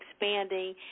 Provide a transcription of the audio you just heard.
expanding